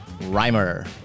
Rhymer